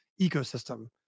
ecosystem